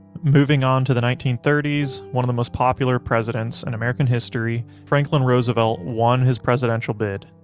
moving on to the nineteen thirty s one of the most popular presidents in american history, franklin roosevelt won his presidential bid.